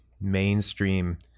mainstream